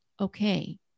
okay